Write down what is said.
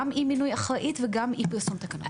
גם אי מינוי אחראית וגם אי פרסום תקנות.